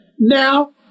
now